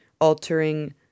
altering